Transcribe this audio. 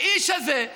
האיש הזה,